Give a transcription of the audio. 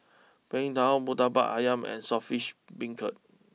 Png Tao Murtabak Ayam and Saltish Beancurd